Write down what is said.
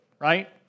right